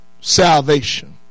salvation